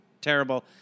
terrible